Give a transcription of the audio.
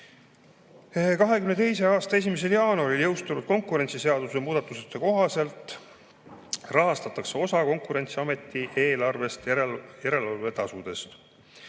aasta 1. jaanuaril jõustunud konkurentsiseaduse muudatuste kohaselt rahastatakse osa Konkurentsiameti eelarvest järelevalvetasudest.